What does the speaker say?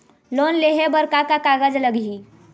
Loan लेहे बर का का कागज लगही?